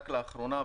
רק לאחרונה,